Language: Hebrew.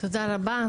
תודה רבה,